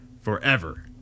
forever